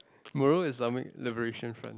moral Islamic liberation front